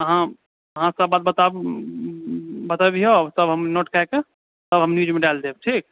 अहाँ अहाँ सब बात बताबु बतबियौ तब हम नोट कयकऽ तब हम न्यूजमे डालिदेब ठीक